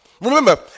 Remember